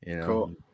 Cool